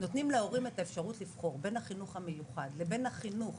נותנים להורים את האפשרות לבחור בין החינוך המיוחד לבין החינוך